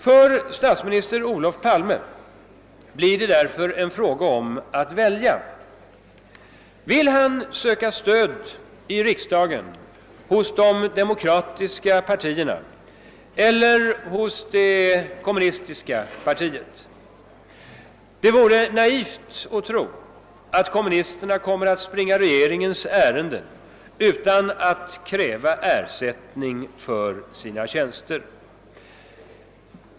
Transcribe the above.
För statsminister Olof Palme blir det därför en fråga om att välja. Vill han söka stöd i riksdagen hos de demokratiska partierna eller hos det kommunistiska partiet? Det vore naivt att tro att kommunisterna kommer att springa regeringens ärenden utan att kräva ersättning för sina tjänster.